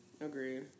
Agreed